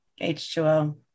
h2o